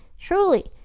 truly